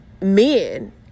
men